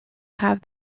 have